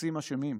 מחפשים אשמים,